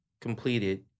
completed